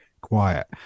quiet